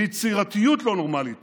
ויצירתיות לא נורמלית